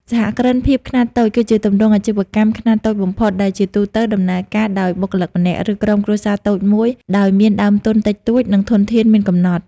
សហគ្រិនភាពខ្នាតតូច គឺជាទម្រង់អាជីវកម្មខ្នាតតូចបំផុត ដែលជាទូទៅដំណើរការដោយបុគ្គលម្នាក់ ឬក្រុមគ្រួសារតូចមួយដោយមានដើមទុនតិចតួច និងធនធានមានកំណត់ ។